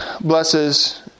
blesses